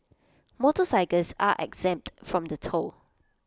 motorcycles are exempt from the toll